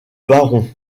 baron